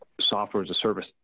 software-as-a-service